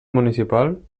municipal